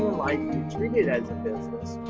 like treat it as a business.